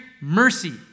mercy